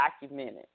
documented